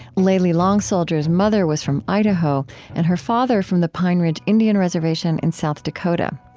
layli long soldier's mother was from idaho and her father from the pine ridge indian reservation in south dakota.